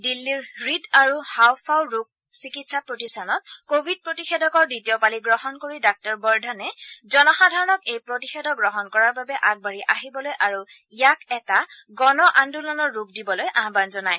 দিল্লীৰ হৃদ আৰু হাওফাঁও ৰোগ চিকিৎসা প্ৰতিষ্ঠানত কোৱিড প্ৰতিষেধকৰ দ্বিতীয় পালি গ্ৰহণ কৰি ডাঃ ৱৰ্ধনে জনসাধাৰণক এই প্ৰতিষেধক গ্ৰহণ কৰাৰ বাবে আগবাঢ়ি আহিবলৈ আৰু ইয়াক এটা গণ আন্দোলনৰ ৰূপ দিবলৈ আহান জনায়